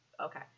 Okay